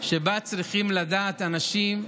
שצריכים לדעת אנשים,